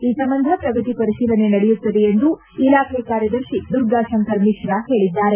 ಈ ಸಂಬಂಧ ಪ್ರಗತಿ ಪರಿಶೀಲನೆ ನಡೆಯುತ್ತದೆ ಎಂದು ಇಲಾಖೆ ಕಾರ್ಯದರ್ಶಿ ದುರ್ಗಾ ಶಂಕರ್ ಮಿಶ್ರಾ ಹೇಳಿದ್ದಾರೆ